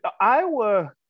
Iowa